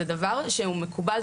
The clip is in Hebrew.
זה דבר שהוא מקובל,